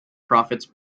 profits